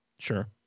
Sure